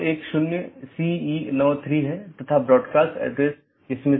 इन साथियों के बीच BGP पैकेट द्वारा राउटिंग जानकारी का आदान प्रदान किया जाना आवश्यक है